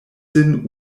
sin